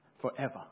forever